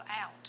out